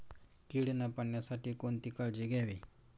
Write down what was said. कीड न पडण्यासाठी कोणती काळजी घ्यावी?